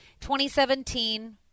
2017